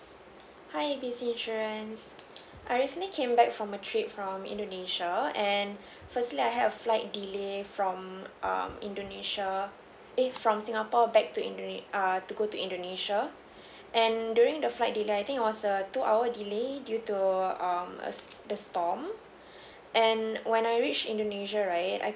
hi A B C insurance I recently came back from a trip from indonesia and firstly I have a flight delay from um indonesia eh from singapore back to in~ err to go to indonesia and during the flight delay I think it was a two hour delay due to um a st~ the storm and when I reached indonesia right I